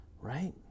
right